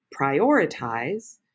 prioritize